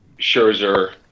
Scherzer